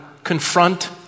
confront